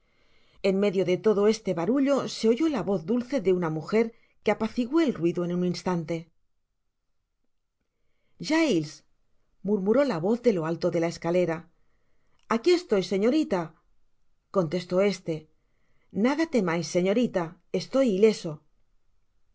en medio de todo este barullo se oyó la voz dulce de una muger que apaciguó el ruido en un instante giles murmuró la voz de lo alto de la escalera aqui estoy señorita contestó éste nada temais señorita estoy ileso